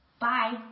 Bye